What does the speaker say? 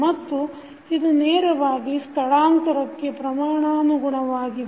ಮತ್ತು ಇದು ನೇರವಾಗಿ ಸ್ಥಳಾಂತರಕ್ಕೆ ಪ್ರಮಾಣಾನುಗುಣವಾಗಿದೆ